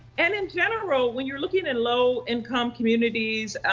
and, in general, when you're looking at low-income communities,